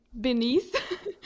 beneath